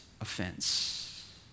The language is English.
offense